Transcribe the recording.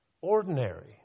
Ordinary